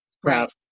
craft